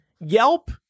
Yelp